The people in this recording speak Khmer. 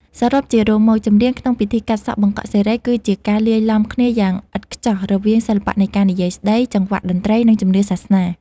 សរុបជារួមមក ចម្រៀងក្នុងពិធីកាត់សក់បង្កក់សិរី គឺជាការលាយឡំគ្នាយ៉ាងឥតខ្ចោះរវាងសិល្បៈនៃការនិយាយស្តី ចង្វាក់តន្ត្រី និងជំនឿសាសនា។